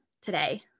today